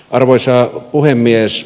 arvoisa puhemies